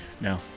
No